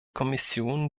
kommission